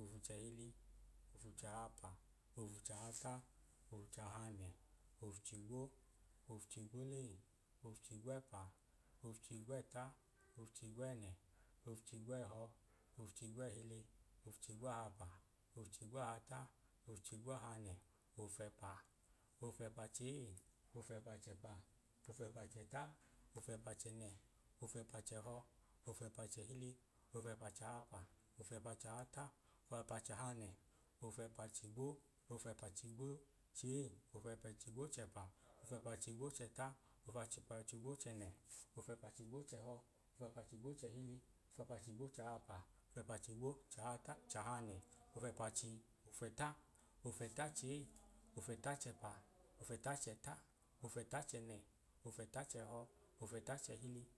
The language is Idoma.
ofuchẹhili ofuchahapa ofuchahata ofuchahanẹ ofuchigwo ofuchigwole ofuchigwẹpa ofuchigwẹta ofuchigwẹnẹ ofuchigwẹhọ ofuchigwẹhili ofuchigwahap ofuchigwahata ofuchigwahanẹ ofẹpa ofẹpachei ofẹpachẹpa ofupachẹta ofẹpachẹnẹ ofẹpachẹhọ ofẹpachẹhili ofẹpachahapa ofẹpachahata ofẹpachahanẹ ofẹpachigwo ofẹpachigwochei ofẹpachigwochẹpa ofẹpachigwochẹta ofẹpachigwochẹnẹ ofẹpachẹgwochẹhọ ofẹpachigwochẹhili ofẹpachigwochahapa ofẹpachigwochahata chahanẹ ofẹpachi ofẹta ofẹtachei ofẹchẹpa ofẹtacheta ofẹtachẹnẹ ofẹtachẹhọ ofẹtachẹhili